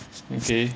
okay